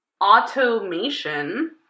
automation